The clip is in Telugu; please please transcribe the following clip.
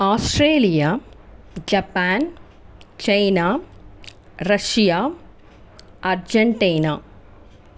Australia Japan China Russia Argentina